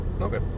Okay